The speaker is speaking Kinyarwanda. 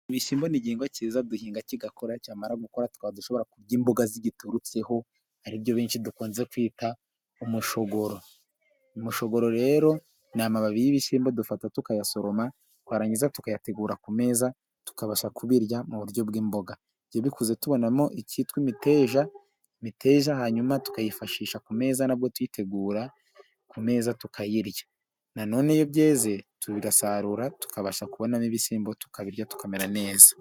Ibishyimbo ni igihingwa cyiza duhinga, kigakira. Cyamara gukora, tukaba dushobora kurya imboga zigiturutseho, ari byo benshi dukunze kwita umushogoro. Umushogoro rero ni amababi y’ibishyimbo, dufata tukayasoroma, twarangiza tukayategura ku meza, tukabasha kubirya mu buryo bw’imboga. Iyo bikuze, tubonamo icyitwa imiteja, imiteja hanyuma tukayifashisha ku meza, na bwo tutegura ku meza, tukayirya. Na none, iyo byeze, turabigasarura, tukabasha kubonamo ibishyimbo, tukabirya tukamera neza.